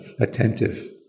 attentive